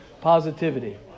positivity